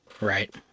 right